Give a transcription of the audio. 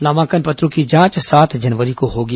नामांकन पत्रों की जांच सात जनवरी को होगी